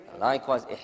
Likewise